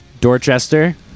Dorchester